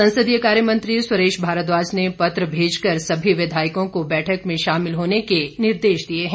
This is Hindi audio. संसदीय कार्य मंत्री सुरेश भारद्वाज ने पत्र भेजकर सभी विधायकों को बैठक में शामिल होने के निर्देश दिए हैं